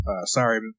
Sorry